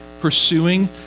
pursuing